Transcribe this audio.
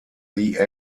the